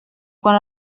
quan